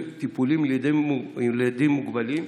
טיפולים לילדים מוגבלים,